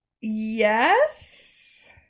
Yes